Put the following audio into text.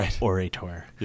orator